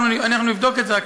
אנחנו נבדוק את זה.